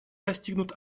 достигнут